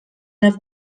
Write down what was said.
have